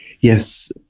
Yes